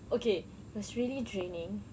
okay it's really draining